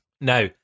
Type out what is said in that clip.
Now